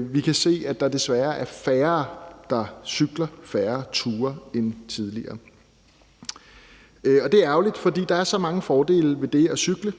Vi kan se, at der desværre er færre, der cykler, end tidligere. Og det er ærgerligt, for der er så mange fordele ved det at cykle.